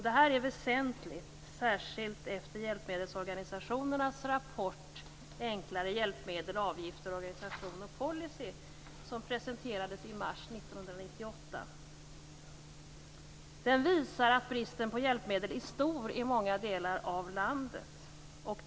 Detta är väsentligt, särskilt efter hjälpmedelsorganisationernas rapport Enklare hjälpmedel, avgifter, organisation och policy som presenterades i mars 1998. Den visar att bristen på hjälpmedel är stor i många delar av landet.